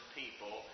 people